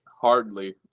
Hardly